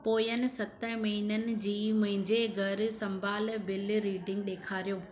पोइनि सतनि महीननि जी मुंहिंजे घर संभाल बिल रीडिंग ॾेखारियो